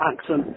Accent